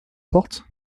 porte